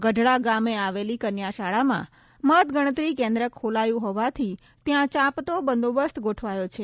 ગઢડા ગામે આવેલી કન્યાશાળામાં મતગણતરી કેન્દ્ર ખોલાયું હોવાતી ત્યાં ચાંપતો બંદોબસ્ત ગોઠવાયો છે